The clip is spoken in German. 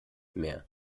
mehr